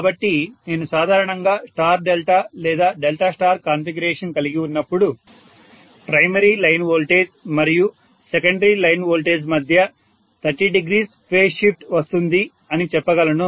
కాబట్టి నేను సాధారణంగా స్టార్ డెల్టా లేదా డెల్టా స్టార్ కాన్ఫిగరేషన్ కలిగి ఉన్నప్పుడు ప్రైమరీ లైన్ వోల్టేజ్ మరియు సెకండరీ లైన్ వోల్టేజ్ మధ్య 300 ఫేజ్ షిఫ్ట్ వస్తుంది అని చెప్పగలను